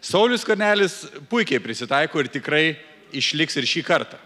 saulius skvernelis puikiai prisitaiko ir tikrai išliks ir šį kartą